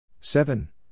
Seven